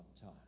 time